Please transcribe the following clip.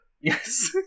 Yes